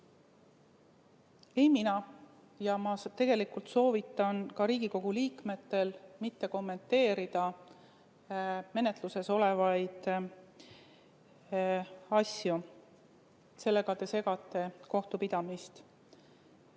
kommenteeri] ja tegelikult soovitan ka Riigikogu liikmetel mitte kommenteerida menetluses olevaid asju. Sellega te segate kohtupidamist